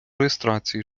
реєстрації